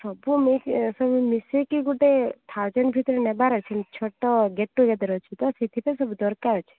ସବୁ ମିକ୍ସ ସବୁ ମିଶେଇକି ଗୋଟେ ଥାଉଜେଣ୍ଟ୍ ଭିତରେ ନେବାର ଅଛି ଛୋଟ ଗେଟ୍ ଟୁଗେଦର୍ ଅଛି ତ ସେଇଥିପାଇଁ ସବୁ ଦରକାର